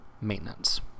maintenance